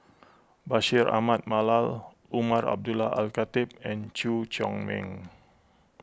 Bashir Ahmad Mallal Umar Abdullah Al Khatib and Chew Chor Meng